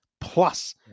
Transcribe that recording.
Plus